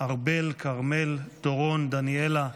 ארבל, כרמל, דורון, דניאלה,